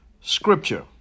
Scripture